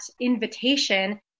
invitation